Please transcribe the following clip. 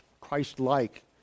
Christ-like